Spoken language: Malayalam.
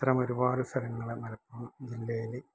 ഇത്തരം ഒരുപാട് സ്ഥലങ്ങൾ മലപ്പുറം ജില്ലയിൽ